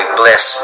bless